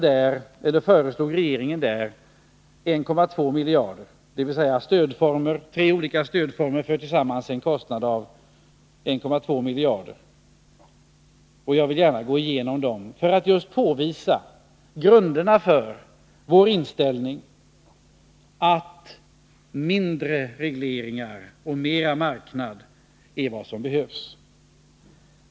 Där föreslog regeringen tre olika stödformer till en kostnad om tillsammans 1,2 miljarder. Jag vill gärna gå igenom dem för att just påvisa grunden för vår inställning att mindre regleringar och mer marknad är vad som behövs.